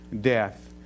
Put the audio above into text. death